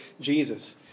Jesus